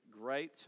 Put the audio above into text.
Great